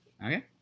Okay